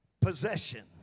Possession